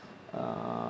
uh